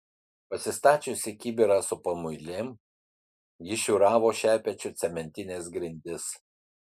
pasistačiusi kibirą su pamuilėm ji šiūravo šepečiu cementines grindis